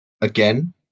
again